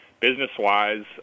Business-wise